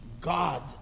God